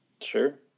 sure